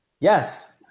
Yes